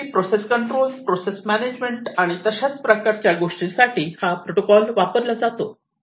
basically process control process measurement आणि तशाच प्रकारच्या गोष्टी साठी हा प्रोटोकॉल वापरला जातो